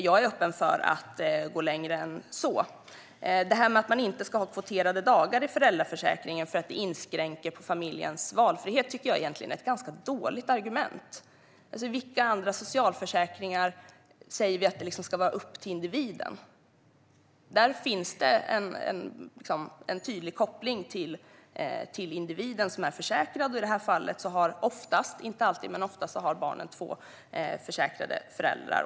Jag är öppen för att gå längre än så. Det här med att man inte ska ha kvoterade dagar i föräldraförsäkringen för att det inskränker familjens valfrihet tycker jag egentligen är ett ganska dåligt argument. I vilka andra socialförsäkringar säger vi att det ska vara upp till individen? Där finns det en tydlig koppling till den individ som är försäkrad, och i det här fallet har barnen oftast - inte alltid - två försäkrade föräldrar.